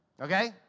Okay